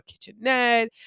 kitchenette